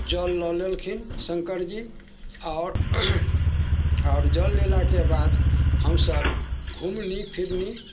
जल लऽ लेलखिन शंकर जी आओर जल लेलाके बाद हमसब घूमली फिरली